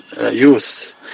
use